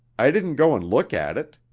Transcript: i didn't go and look at it.